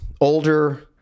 older